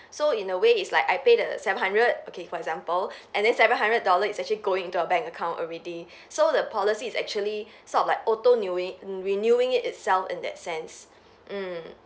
so in a way it's like I pay the seven hundred okay for example and then seven hundred dollar is actually going into her bank account already so the policy is actually sort of like auto newing~ renewing itself in that sense mm